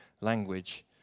language